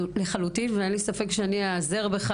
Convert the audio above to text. לחלוטין, ואין לי ספק שאני איעזר בך.